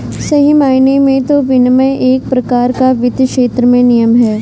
सही मायने में तो विनियमन एक प्रकार का वित्तीय क्षेत्र में नियम है